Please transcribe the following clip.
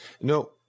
No